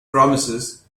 promises